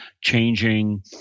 changing